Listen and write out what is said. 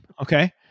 Okay